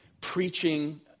preaching